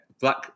black